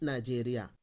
Nigeria